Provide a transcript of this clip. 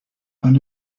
and